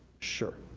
sure.